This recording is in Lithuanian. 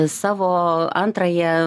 savo antrąją